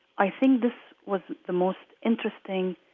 i think this was the most interesting